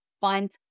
find